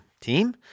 team